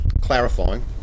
clarifying